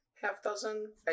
half-dozen